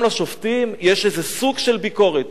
גם לשופטים יש סוג של ביקורת.